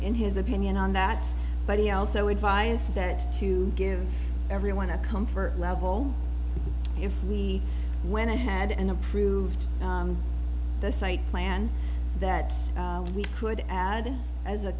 in his opinion on that but he also advised that to give everyone a comfort level if we went ahead and approved the site plan that we could add in as a